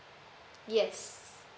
yes